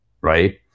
right